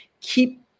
Keep